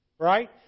Right